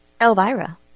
Elvira